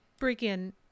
freaking